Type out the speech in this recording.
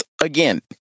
again